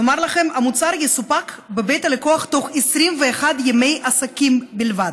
נאמר לכם: המוצר יסופק בבית הלקוח תוך 21 ימי עסקים בלבד.